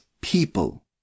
people